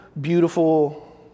beautiful